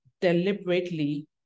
deliberately